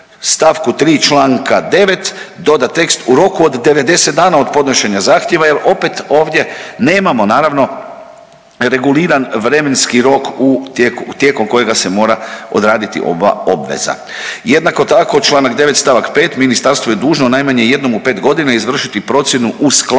st. 3. čl. 9. doda tekst u roku od 90 dana od podnošenja zahtjeva jel opet ovdje nemamo naravno reguliran vremenski rok tijekom kojega se mora odraditi ova obveza. Jednako tako čl. 9. st. 5. ministarstvo je dužno najmanje jednom u pet godina izvršiti procjenu usklađenosti